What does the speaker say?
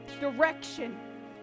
Direction